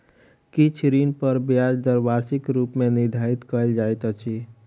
किछ ऋण पर ब्याज दर वार्षिक रूप मे निर्धारित कयल जाइत अछि